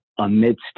amidst